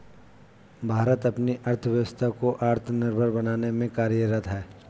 भारत अपनी अर्थव्यवस्था को आत्मनिर्भर बनाने में कार्यरत है